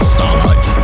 Starlight